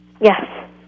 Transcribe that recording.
Yes